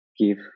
give